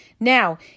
Now